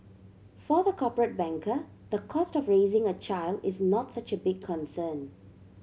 for the corporate banker the cost of raising a child is not such a big concern